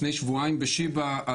לפני שבועיים בשיבא,